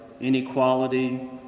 inequality